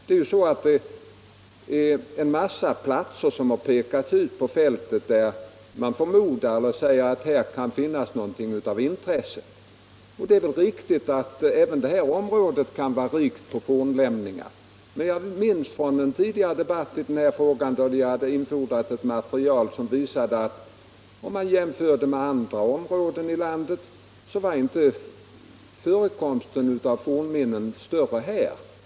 Man har på skjutfältet pekat ut en mängd olika platser där man säger att det kan finnas något av intresse, och det är i och för sig riktigt att även detta område kan vara rikt på fornlämningar. Men jag minns att vi till en tidigare debatt i denna fråga infordrade ett material, som visade att förekomsten av fornminnen inte var större där än i andra områden i landet.